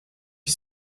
qui